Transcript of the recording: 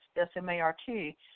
S-M-A-R-T